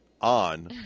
on